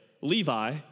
Levi